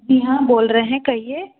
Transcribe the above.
जी हाँ बोल रहे हैं कहिए